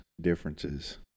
differences